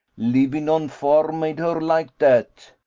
living on farm made her like dat.